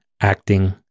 acting